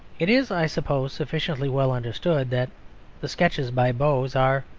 it is, i suppose, sufficiently well understood that the sketches by boz are,